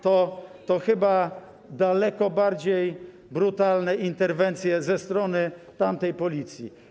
To chyba daleko bardziej brutalne interwencje ze strony tamtej policji.